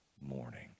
morning